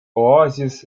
oasis